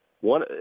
One